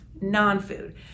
non-food